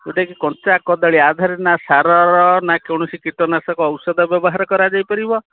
ଯେଉଁଟାକି କଞ୍ଚା କଦଳୀ ଏହା ଦେହରେ ନା ସାରର ନା କୌଣସି କୀଟନାଶକ ଔଷଧ ବ୍ୟବହାର କରାଯାଇପାରିବ